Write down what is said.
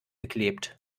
geklebt